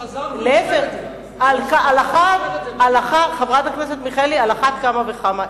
להיפך, חברת הכנסת מיכאלי, על אחת כמה וכמה.